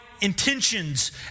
intentions